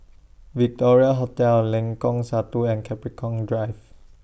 Victoria Hotel Lengkong Satu and Capricorn Drive